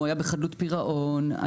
הוא היה בחדלות פירעון,